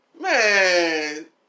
man